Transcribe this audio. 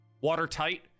watertight